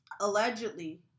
Allegedly